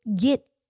get